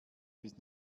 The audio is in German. bis